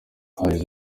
yagize